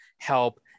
help